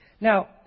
Now